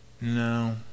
no